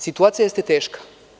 Situacija jeste teška.